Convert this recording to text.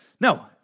No